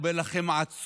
הוא היה אומר לכם: עצרו,